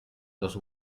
los